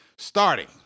Starting